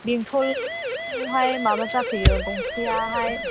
बेंथलावहाय माबा जाफैयो गंसेयाहाय